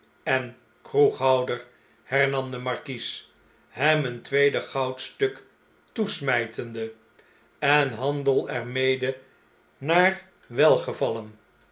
en kroeghouder hernam de markies hem een tweede goudstuk toesmjjtende enhandel er mede naar welgevallen